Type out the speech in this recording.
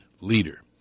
leader